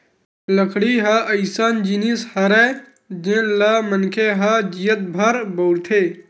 लकड़ी ह अइसन जिनिस हरय जेन ल मनखे ह जियत भर बउरथे